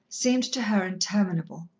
seemed to her interminable.